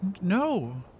No